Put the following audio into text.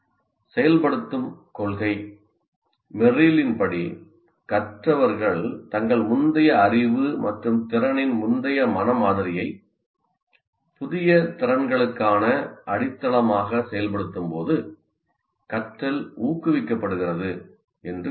செயல்படுத்தும் கொள்கை மெர்ரில் படி 'கற்றவர்கள் தங்கள் முந்தைய அறிவு மற்றும் திறனின் முந்தைய மன மாதிரியை புதிய திறன்களுக்கான அடித்தளமாக செயல்படுத்தும்போது கற்றல் ஊக்குவிக்கப்படுகிறது' என்று கூறுகிறது